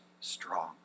strong